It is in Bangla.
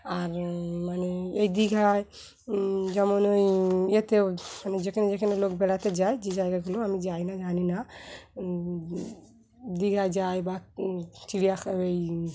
আর মানে এই দীঘায় যেমন ওই ইয়েতেও মানে যেখানে যেখানে লোক বেড়াতে যায় যে জায়গাগুলো আমি যাই না জানি না দীঘায় যায় বা চিড়িয়াখার ওই